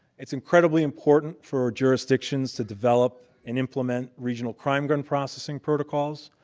it's incredibly important for jurisdictions to develop and implement regional crime gun processing protocols.